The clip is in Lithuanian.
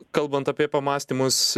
kalbant apie pamąstymus